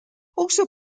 also